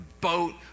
boat